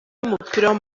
w’umupira